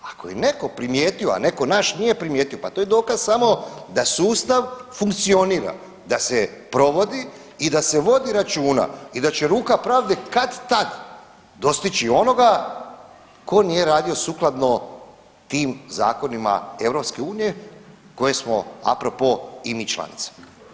Ako je netko primijetio, a netko naš nije primijetio pa to je dokaz samo da sustav funkcionira, da se provodi i da se vodi računa i da će ruka pravde kad-tad dostići onoga tko nije radio sukladno tim zakonima EU koje smo apropo i mi članica.